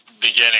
beginning